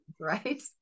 right